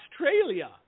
Australia